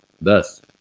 Thus